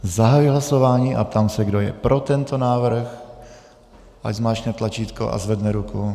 Zahajuji hlasování a ptám se, kdo je pro tento návrh, ať zmáčkne tlačítko a zvedne ruku.